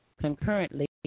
concurrently